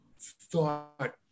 thought